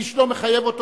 איש לא מחייב אותו,